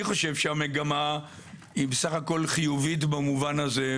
אני חושב שהמגמה היא בסך הכול חיובית במובן הזה,